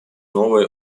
новые